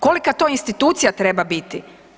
Kolika to institucija treba biti?